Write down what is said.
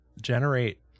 generate